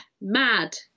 mad